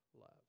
love